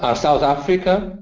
um south africa.